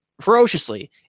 ferociously